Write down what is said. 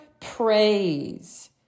praise